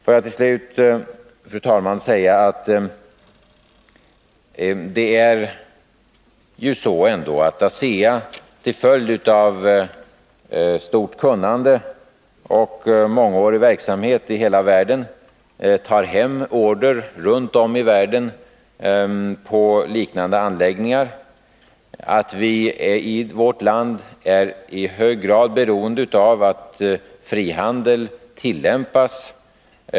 Får jag till slut, fru talman, säga att det ju ändå är så att ASEA till följd av stort kunnande och mångårig verksamhet i hela världen tar hem order på liknande anläggningar runt om i världen. Vi är i vårt land i hög grad beroende av att frihandel tillämpas.